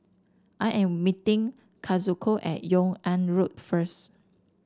I am meeting Kazuko at Yung An Road first